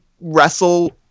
wrestle